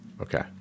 Okay